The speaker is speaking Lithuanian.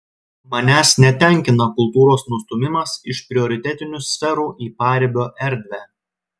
manęs netenkina kultūros nustūmimas iš prioritetinių sferų į paribio erdvę